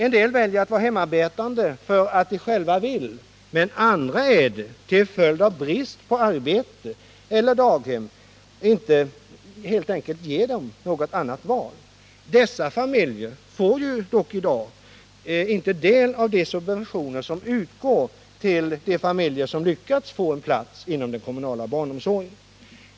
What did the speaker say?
En del väljer att vara hemarbetande för att de själva vill, medan andra är det till följd av att brist på arbete eller daghem inte ger dem något annat val. Dessa familjer får i dag inte del av de subventioner som utgår till de familjer som lyckats få en plats inom den kommunala barnomsorgen.